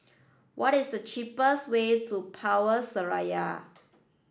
what is the cheapest way to Power Seraya